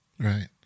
Right